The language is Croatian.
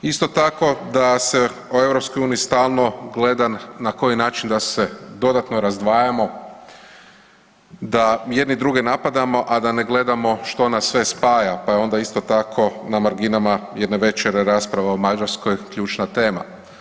Isto tako da se o EU stalno gledan na koji način da se dodatno razdvajamo, da jedni druge napadamo, a da ne gledamo što nas sve spaja, pa je onda isto tako na marginama jedna veća rasprava o Mađarskoj ključna tema.